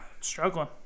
Struggling